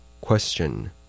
Question